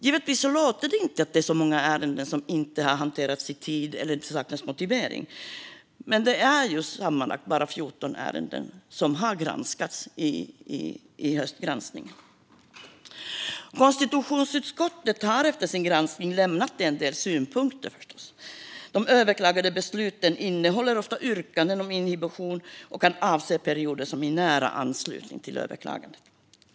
Givetvis låter det inte som att det är så många ärenden som inte har hanterats i tid eller där det saknas motivering, men det är sammanlagt bara 14 ärenden som har granskats i höstgranskningen. Konstitutionsutskottet har efter sin granskning förstås lämnat en del synpunkter. De överklagade besluten innehåller ofta yrkanden om inhibition och kan avse perioder i nära anslutning till överklagandet.